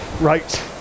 right